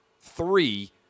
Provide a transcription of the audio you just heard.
three